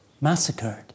massacred